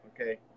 okay